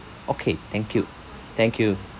okay thank you thank you